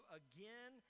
again